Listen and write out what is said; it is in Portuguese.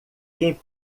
quem